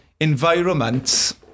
environments